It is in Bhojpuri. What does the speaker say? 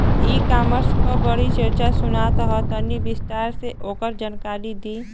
ई कॉमर्स क बड़ी चर्चा सुनात ह तनि विस्तार से ओकर जानकारी दी?